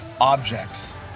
objects